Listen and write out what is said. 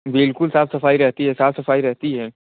बिल्कुल साफ सफाई रहती है साफ सफाई रहती है